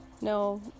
no